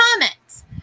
comments